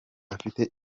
afite